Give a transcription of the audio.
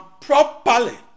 properly